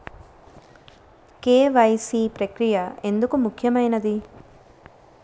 KYC ప్రక్రియ ఎందుకు ముఖ్యమైనది?